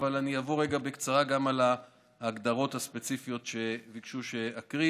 אבל אני אעבור רגע בקצרה גם על ההגדרות הספציפיות שביקשו שאקריא.